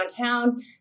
Downtown